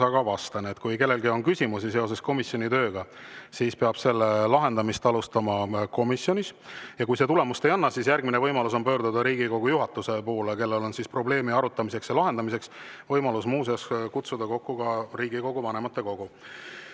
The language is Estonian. aga vastan. Kui kellelgi on küsimusi seoses komisjoni tööga, siis peab nende lahendamist alustama komisjonis. Kui see tulemust ei anna, siis järgmine võimalus on pöörduda Riigikogu juhatuse poole, kellel on probleemi arutamiseks ja lahendamiseks võimalus kokku kutsuda Riigikogu vanematekogu. Siim